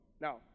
Now